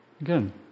again